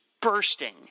bursting